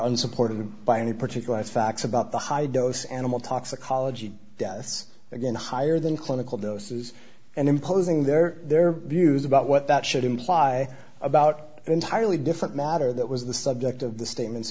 unsupported by any particular facts about the high dose animal toxicology deaths again higher than clinical doses and imposing their their views about what that should imply about an entirely different matter that was the subject of the statements